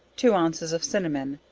two ounces of cinnamon,